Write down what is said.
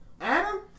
Adam